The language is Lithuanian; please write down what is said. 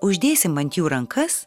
uždėsim ant jų rankas